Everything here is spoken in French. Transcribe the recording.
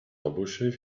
embaucher